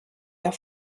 auf